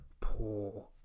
Poor